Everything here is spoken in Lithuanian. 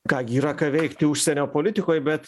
ką gi yra ką veikti užsienio politikoj bet